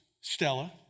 Stella